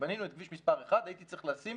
כשבנינו את כביש מספר 1 הייתי צריך לשים